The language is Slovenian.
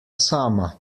sama